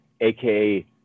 aka